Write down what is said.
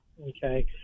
Okay